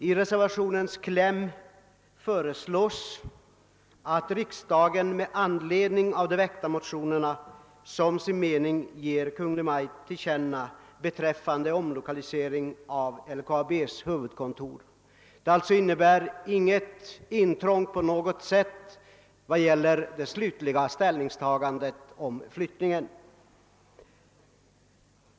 I reservationens kläm föreslås att riksdagen i anledning av de väckta motionerna som sin mening skall ge Kungl. Maj:t till känna vad reservanterna har anfört beträffande omlokalisering av LKAB:s huvudkontor. Detta innebär inte något som helst intrång på det slutliga ställningstagandet till frågan om en flyttning.